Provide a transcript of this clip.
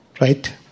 Right